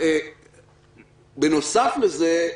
בנוסף לזה,